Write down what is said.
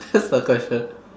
that's the question